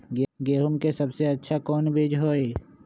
गेंहू के सबसे अच्छा कौन बीज होई?